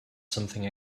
something